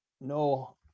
no